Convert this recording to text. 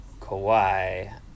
Kawhi